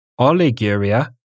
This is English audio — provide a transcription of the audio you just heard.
Oliguria